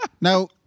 Now